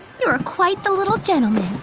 you're quite the little gentleman.